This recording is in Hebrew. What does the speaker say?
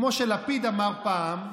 כמו שלפיד אמר פעם,